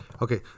Okay